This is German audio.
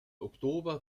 oktober